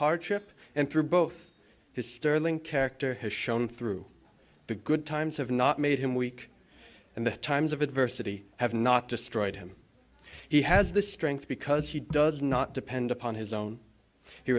hardship and through both his sterling character has shown through the good times have not made him weak and the times of adversity have not destroyed him he has the strength because he does not depend upon his own he